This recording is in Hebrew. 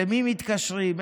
למי מתקשרים?